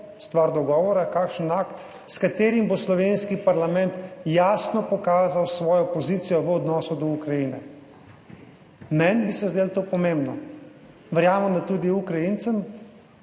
stvar dogovora, kakšen akt, s katerim bo slovenski parlament jasno pokazal svojo pozicijo v odnosu do Ukrajine. Meni bi se zdelo to pomembno. Verjamem, da tudi Ukrajincem,